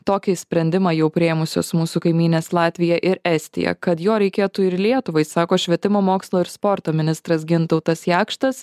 tokį sprendimą jau priėmusios mūsų kaimynės latvija ir estija kad jo reikėtų ir lietuvai sako švietimo mokslo ir sporto ministras gintautas jakštas